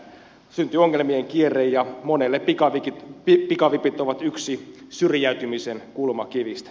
syntyy ongelmien kierre ja monelle pikavipit ovat yksi syrjäytymisen kulmakivistä